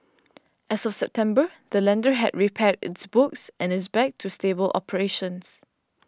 as of September the lender had repaired its books and is back to stable operations